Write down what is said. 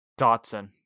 Dotson